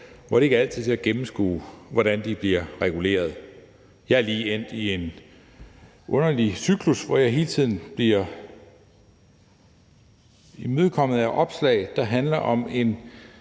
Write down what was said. og det er ikke altid til at gennemskue, hvordan de bliver reguleret. Jeg er lige endt i en underlig cyklus, hvor jeg hele tiden bliver mødt af opslag, der handler om en